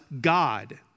God